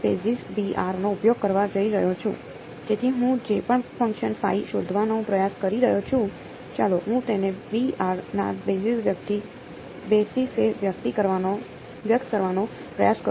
તેથી હું જે પણ ફંક્શન શોધવાનો પ્રયાસ કરી રહ્યો છું ચાલો હું તેને ના બેસિસે વ્યક્ત કરવાનો પ્રયાસ કરું